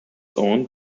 owned